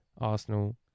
Arsenal